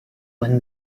when